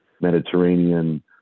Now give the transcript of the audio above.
Mediterranean